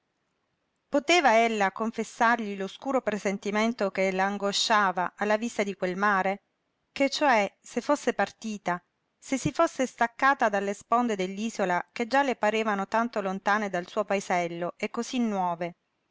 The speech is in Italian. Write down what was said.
nulla poteva ella confessargli l'oscuro presentimento che la angosciava alla vista di quel mare che cioè se fosse partita se si fosse staccata dalle sponde dell'isola che già le parevano tanto lontane dal suo paesello e cosí nuove